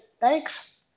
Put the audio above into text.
thanks